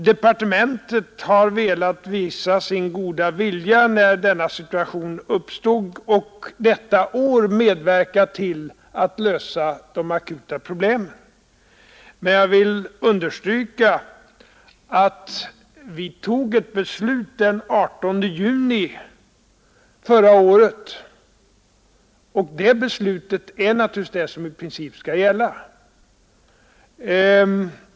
Departementet har velat visa sin goda vilja när denna situation uppstod och detta år medverka till att lösa de akuta problemen, men jag vill understryka att vi fattade ett beslut den 18 juni förra året, och det beslutet är naturligtvis det som i princip skall gälla.